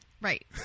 right